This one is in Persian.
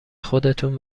خودتون